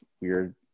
weird